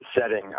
setting